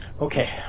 Okay